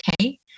okay